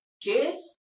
Kids